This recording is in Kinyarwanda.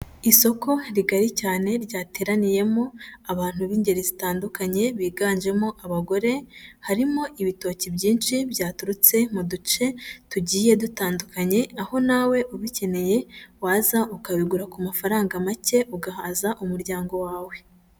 Isoko rigari cyane ryateraniyemo abantu b'ingeri zitandukanye, biganjemo abagore, harimo ibitoki byinshi byaturutse mu duce tugiye dutandukanye, aho nawe ubikeneye waza ukabigura ku mafaranga make ugahaza umuryango wawe.